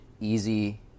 easy